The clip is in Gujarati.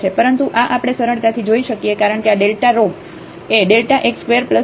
પરંતુ આ આપણે સરળતાથી જોઈ શકીએ કારણ કે આ rh એ x2y2નો વર્ગમૂળ છે